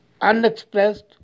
unexpressed